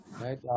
Right